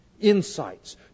insights